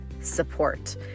support